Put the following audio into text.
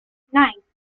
nine